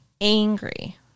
angry